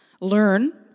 learn